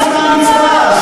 המצווה.